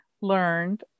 learned